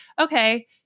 okay